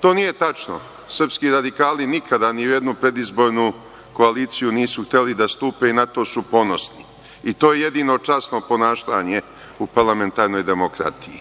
To nije tačno. Srpski radikali nikada ni u jednu predizbornu koaliciju nisu hteli da stupe i zato su ponosni. I to je jedino časno ponašanje u parlamentarnoj demokratiji.